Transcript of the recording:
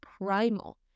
primal